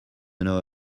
know